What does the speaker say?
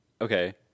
Okay